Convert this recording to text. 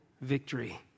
victory